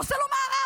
עושה לו מארב,